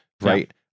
right